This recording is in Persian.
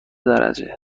درجه